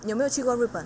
你有没有去过日本